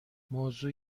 موضوع